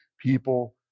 people